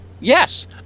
Yes